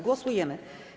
Głosujemy.